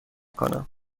کنم